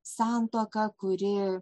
santuoka kuri